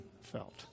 felt